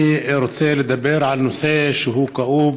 אני רוצה לדבר על נושא שהוא כאוב.